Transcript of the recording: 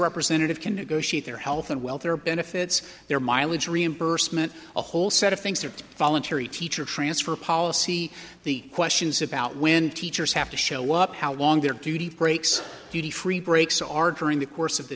representative can negotiate their health and welfare benefits their mileage reimbursement a whole set of things are voluntary teacher transfer policy the questions about when teachers have to show up how long their duty breaks duty free breaks are during the course of the